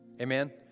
Amen